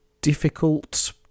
difficult